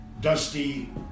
Dusty